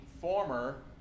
former